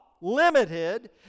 limited